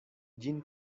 ĝin